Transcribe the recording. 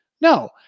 No